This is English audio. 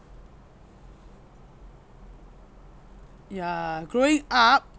ya growing up